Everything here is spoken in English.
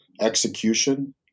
execution